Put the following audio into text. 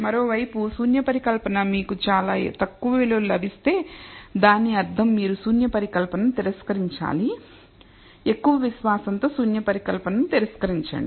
మరోవైపు శూన్య పరికల్పన మీకు చాలా తక్కువ విలువ లభిస్తే దాని అర్థం మీరు శూన్య పరికల్పనను తిరస్కరించాలి ఎక్కువ విశ్వాసంతో శూన్య పరికల్పనను తిరస్కరించండి